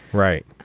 right.